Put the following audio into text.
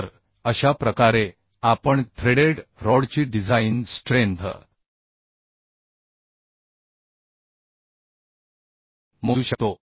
तर अशा प्रकारे आपण थ्रेडेड रॉडची डिझाइन स्ट्रेंथ मोजू शकतो